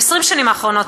ב-20 השנים האחרונות,